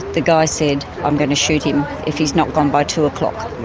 the guy said, i'm going to shoot him if he's not gone by two o'clock.